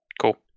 cool